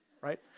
right